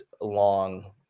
long